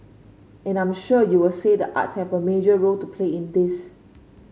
and I'm sure you'll say the arts have a major role to play in this